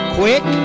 quick